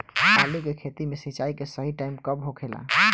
आलू के खेती मे सिंचाई के सही टाइम कब होखे ला?